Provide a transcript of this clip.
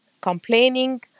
complaining